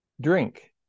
drink